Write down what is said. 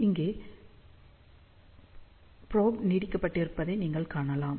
இங்கே ப்ரொப் நீட்டிக்கப்பட்டிருப்பதை நீங்கள் காணலாம்